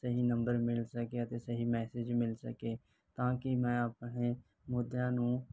ਸਹੀ ਨੰਬਰ ਮਿਲ ਸਕੇ ਤੇ ਸਹੀ ਮੈਸੇਜ ਮਿਲ ਸਕੇ ਤਾਂ ਕਿ ਮੈਂ ਆਪਣੇ ਮੁਧਿਆ ਨੂੰ